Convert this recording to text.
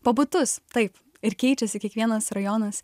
po butus taip ir keičiasi kiekvienas rajonas